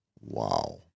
Wow